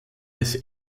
des